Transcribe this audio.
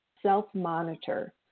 self-monitor